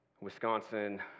Wisconsin